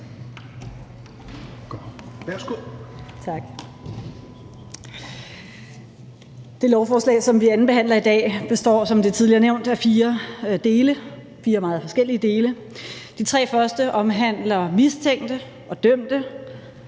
Det lovforslag, som vi andenbehandler i dag, består, som det er tidligere nævnt, af fire dele, fire meget forskellige dele. De tre første omhandler mistænkte og dømte,